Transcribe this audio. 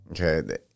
Okay